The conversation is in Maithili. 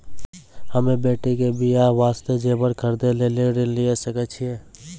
हम्मे बेटी के बियाह वास्ते जेबर खरीदे लेली ऋण लिये सकय छियै?